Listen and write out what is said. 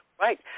right